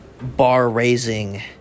bar-raising